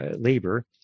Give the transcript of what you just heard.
labor